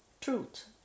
Truth